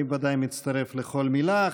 אני בוודאי מצטרף לכל מילה.